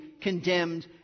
condemned